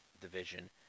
division